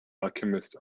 alchemist